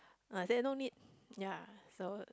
I said no need ya so